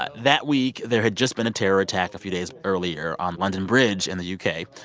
but that week, there had just been a terror attack a few days earlier on london bridge in the u k.